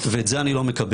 ואת זה אני לא מקבל,